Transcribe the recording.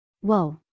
Whoa